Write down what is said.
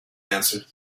answered